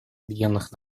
объединенных